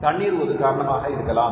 தண்ணீர் ஒரு காரணமாக இருக்கலாம்